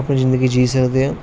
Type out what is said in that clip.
अपनी जिंगदी जी सकदे आं